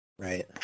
Right